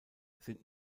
sind